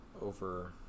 over